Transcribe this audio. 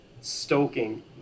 stoking